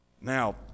Now